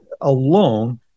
alone